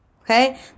okay